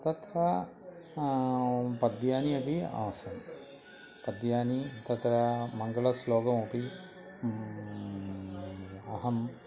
तत्र पद्यानि अपि आसन् पद्यानि तत्र मङ्गलश्लोकमपि अहम्